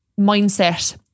mindset